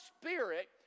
Spirit